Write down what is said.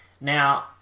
Now